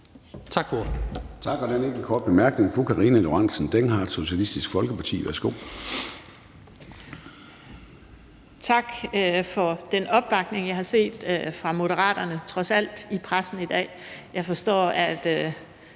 Tak for den opbakning, jeg trods alt har set fra Moderaterne i pressen i dag,